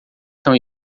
são